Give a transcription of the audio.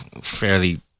fairly